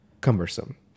cumbersome